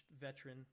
veteran